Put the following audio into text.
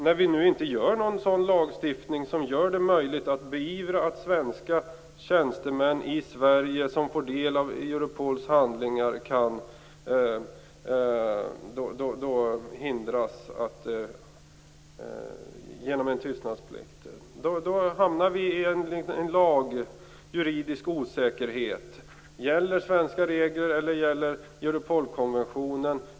När vi nu inte stiftar någon lag som gör det möjligt att beivra att svenska tjänstemän i Sverige som får del av Europols handlingar hindras genom en tystnadsplikt, hamnar vi i en juridisk osäkerhet. Gäller svenska regler eller gäller Europolkonventionen?